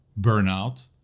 burnout